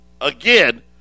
Again